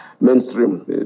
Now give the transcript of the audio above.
mainstream